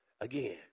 again